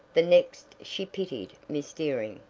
the next she pitied miss dearing.